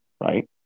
right